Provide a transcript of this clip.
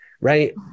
right